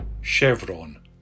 Chevron